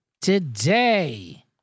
today